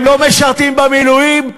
הם לא משרתים במילואים?